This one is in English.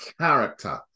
character